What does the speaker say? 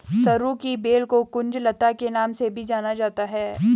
सरू की बेल को कुंज लता के नाम से भी जाना जाता है